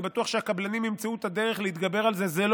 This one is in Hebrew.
אני בטוח שהקבלנים ימצאו את הדרך להתגבר על זה.